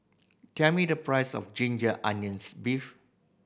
tell me the price of ginger onions beef